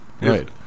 Right